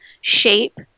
shape